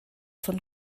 von